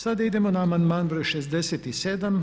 Sada idemo na amandman br. 67.